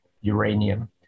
uranium